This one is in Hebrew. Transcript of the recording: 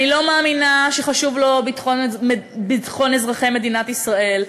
אני לא מאמינה שחשוב לו ביטחון אזרחי מדינת ישראל,